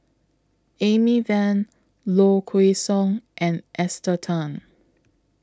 Amy Van Low Kway Song and Esther Tan